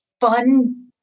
fun